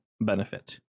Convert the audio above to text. benefit